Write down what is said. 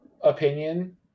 opinion